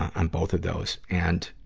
ah, on both of those. and,